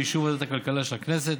באישור ועדת הכלכלה של הכנסת,